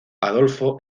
adolfo